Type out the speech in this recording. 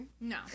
No